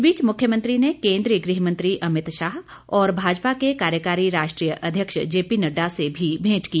इस बीच मुख्यमंत्री ने केंद्रीय गृहमंत्री अमित शाह और भाजपा के कार्यकारी राष्ट्रीय अध्यक्ष जेपी नड्डा से भी भेंट की